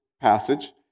passage